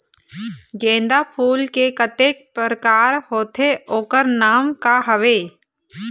गेंदा फूल के कतेक प्रकार होथे ओकर नाम का हवे?